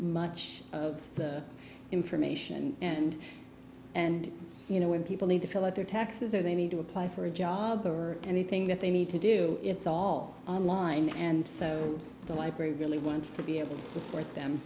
much of the information and and you know when people need to fill out their taxes or they need to apply for a job or anything that they need to do it's all online and so the library really wants to be able to support